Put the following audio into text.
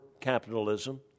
capitalism